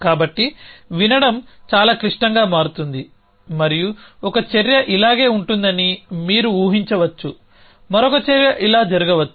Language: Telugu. కాబట్టి వినడం చాలా క్లిష్టంగా మారుతుంది మరియు ఒక చర్య ఇలాగే ఉంటుందని మీరు ఊహించవచ్చు మరొక చర్య ఇలా జరగవచ్చు